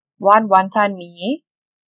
one wanton mee